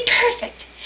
perfect